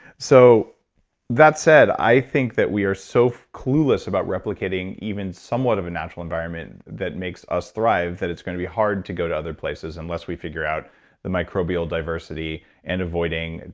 so that said, i think that we are so clueless about replicating even somewhat of a natural environment that makes us thrive that it's going to be hard to go to other places unless we figure out the microbial diversity and avoiding,